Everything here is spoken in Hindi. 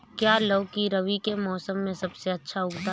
क्या लौकी रबी के मौसम में सबसे अच्छा उगता है?